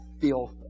filth